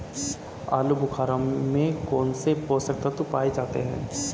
आलूबुखारा में कौन से पोषक तत्व पाए जाते हैं?